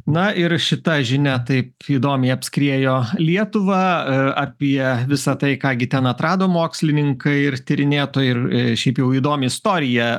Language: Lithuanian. na ir šita žinia taip įdomiai apskriejo lietuvą apie visa tai ką gi ten atrado mokslininkai ir tyrinėtojai ir šiaip jau įdomią istoriją